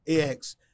ax